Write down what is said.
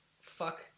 fuck